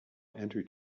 entry